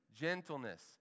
gentleness